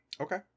Okay